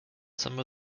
some